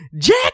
Jack